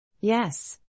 Yes